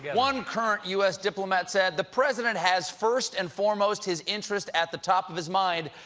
one current u s. diplomat said, the president has first and foremost his interests at the top of his mind,